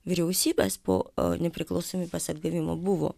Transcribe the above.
vyriausybės po a nepriklausomybės atgavimo buvo